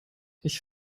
ich